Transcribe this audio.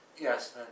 Yes